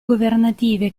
governative